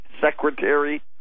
Secretary